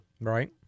Right